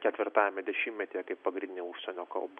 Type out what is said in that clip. ketvirtajame dešimtmetyje kaip pagrindinė užsienio kalba